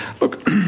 Look